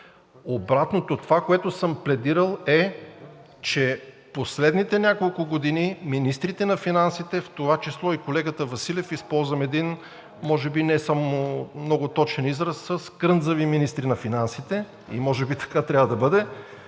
Обратното на това, което съм пледирал, е, че последните няколко години министрите на финансите, в това число колегата Василев, използвам един може би не много точен израз, са скръндзави министри на финансите и може би така трябва да бъде,